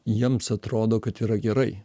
jiems atrodo kad yra gerai